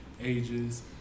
ages